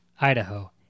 Idaho